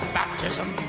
baptism